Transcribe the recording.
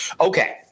Okay